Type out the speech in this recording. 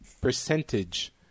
percentage